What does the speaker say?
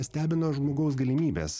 stebino žmogaus galimybės